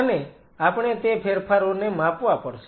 અને આપણે તે ફેરફારોને માપવા પડશે